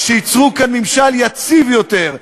שייצרו כאן ממשל יציב יותר,